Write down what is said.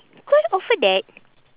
koi offer that